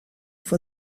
for